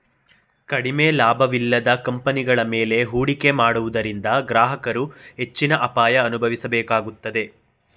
ಕಡಿಮೆ ಲಾಭವಿಲ್ಲದ ಕಂಪನಿಗಳ ಮೇಲೆ ಹೂಡಿಕೆ ಮಾಡುವುದರಿಂದ ಗ್ರಾಹಕರು ಹೆಚ್ಚಿನ ಅಪಾಯ ಅನುಭವಿಸಬೇಕಾಗುತ್ತದೆ